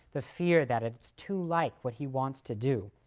the fear that it's too like what he wants to do.